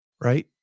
Right